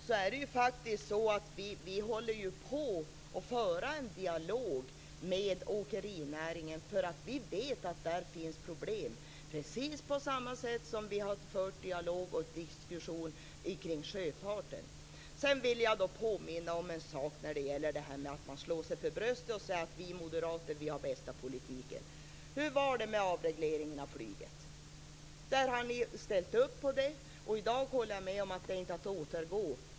Därför för vi en dialog med åkerinäringen precis på samma sätt som vi har fört en dialog och diskuterat med sjöfarten. Sedan vill jag påminna om en sak när det gäller detta att man slår sig för bröstet och säger: Vi moderater har den bästa politiken. Hur var det med avregleringen av flyget? Ni ställde upp på den. I dag håller jag med om att det inte går att återgå.